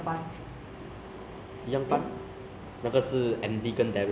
if I'm not wrong it's something related to I_T networking